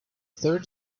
third